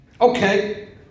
Okay